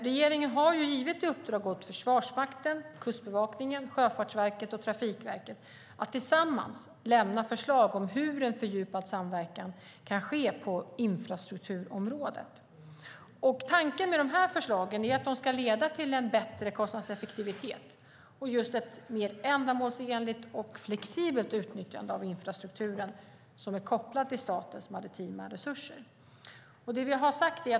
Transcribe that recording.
Regeringen har givit i uppdrag åt Försvarsmakten, Kustbevakningen, Sjöfartsverket och Trafikverket att tillsammans lämna förslag om hur en fördjupad samverkan kan ske på infrastrukturområdet. Tanken med förslagen är att de ska leda till en bättre kostnadseffektivitet och just ett mer ändamålsenligt och flexibelt utnyttjande av infrastrukturen som är kopplad till statens maritima resurser.